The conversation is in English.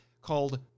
called